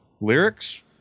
lyrics